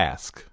Ask